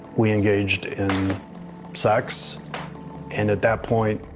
we engaged in sex and at that point,